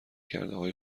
کردههای